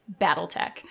Battletech